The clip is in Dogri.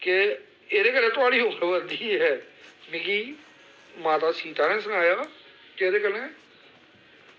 कि एह्दे कन्नै थुआढ़ी उमर बदधी ऐ मिगी माता सीता ने सनाया कि एह्दे कन्नै